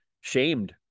shamed